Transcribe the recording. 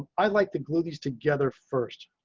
i like to glue these together. first,